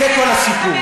זה כל הסיפור.